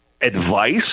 Advice